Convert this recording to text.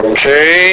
Okay